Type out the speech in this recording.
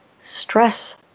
Stress